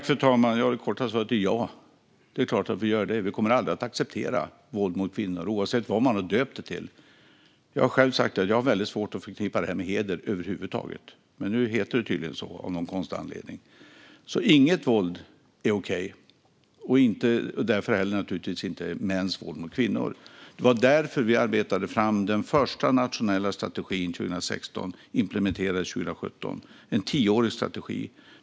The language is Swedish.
Fru talman! Det korta svaret är ja. Det är klart att vi gör det. Vi kommer aldrig att acceptera våld mot kvinnor, oavsett vad man har döpt det till. Jag har själv sagt att jag har väldigt svårt att förknippa det här med heder över huvud taget, men nu heter det så av någon konstig anledning. Inget våld är okej, naturligtvis inte heller mäns våld mot kvinnor. Det var därför vi 2016 arbetade fram den första nationella strategin, som implementerades 2017, en tioårig strategi.